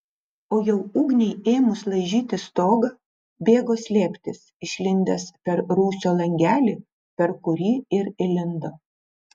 o jau ugniai ėmus laižyti stogą bėgo slėptis išlindęs per rūsio langelį per kurį ir įlindo